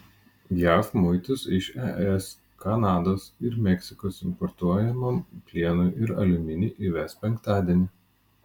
jav muitus iš es kanados ir meksikos importuojamam plienui ir aliuminiui įves penktadienį